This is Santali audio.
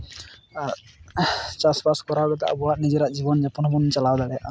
ᱪᱟᱥᱵᱟᱥ ᱠᱚᱨᱟᱣ ᱠᱟᱛᱮ ᱟᱵᱚᱣᱟᱜ ᱱᱤᱡᱮᱨᱟᱜ ᱡᱤᱵᱚᱱ ᱡᱟᱯᱚᱱ ᱦᱚᱸᱵᱚᱱ ᱪᱟᱞᱟᱣ ᱫᱟᱲᱭᱟᱜᱼᱟ